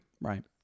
Right